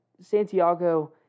Santiago